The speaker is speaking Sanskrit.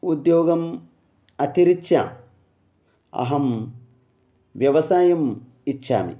उद्योगम् अतिरिच्य अहं व्यवसायम् इच्छामि